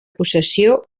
possessió